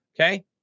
Okay